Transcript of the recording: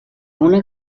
una